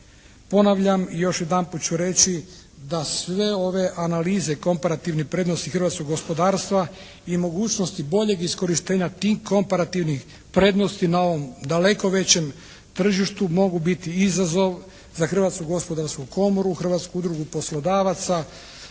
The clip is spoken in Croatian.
Ponavljam i još jedanput ću reći da sve ove analize komparativne prednosti hrvatskog gospodarstva i mogućnosti boljeg iskorištenja tih komparativnih prednosti na ovom daleko većem tržištu mogu biti izazov za Hrvatsku gospodarsku komoru, Hrvatsku udrugu poslodavaca,